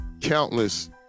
countless